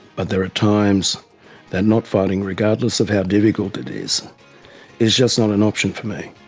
but there are times that not fighting, regardless of how difficult it is, is just not an option for me.